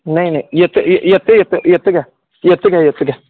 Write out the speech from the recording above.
नाही नाही येतो ए येतो येतो येतो घ्या येतो घ्या येतो घ्या